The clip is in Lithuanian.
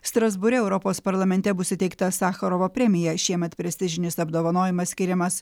strasbūre europos parlamente bus įteikta sacharovo premija šiemet prestižinis apdovanojimas skiriamas